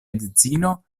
edzino